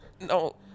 No